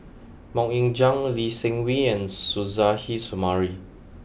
Mok Ying Jang Lee Seng Wee and Suzairhe Sumari